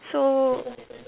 so